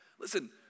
Listen